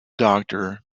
doctor